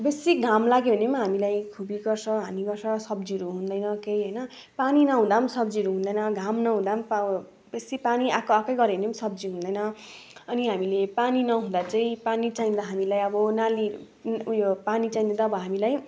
बेसी घाम लाग्यो भने पनि हामीलाई खुबी गर्छ हानी गर्छ सब्जीहरू हुँदैन केही होइन पानी नहुँदा पनि सब्जीहरू हुँदैन घाम नहुँदा पनि अब बेसी पानी आएको आएकै गऱ्यो भने पनि सब्जी हुँदैन अनि हामीले पानी नहुँदा चाहिँ पानी चाहिँदा हामीलाई अब नाली उयो पानी चाहिँदा त अब हामीलाई